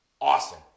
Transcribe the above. awesome